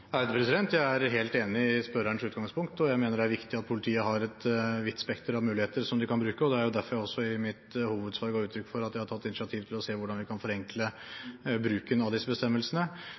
Jeg er helt enig i spørrerens utgangspunkt, og jeg mener det er viktig at politiet har et vidt spekter av muligheter som de kan bruke. Det er også derfor jeg i mitt hovedsvar ga uttrykk for at jeg har tatt initiativ til å se hvordan vi kan forenkle bruken av disse bestemmelsene.